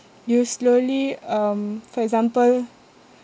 you slowly um for example